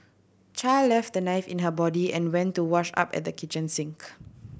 Char left the knife in her body and went to wash up at the kitchen sink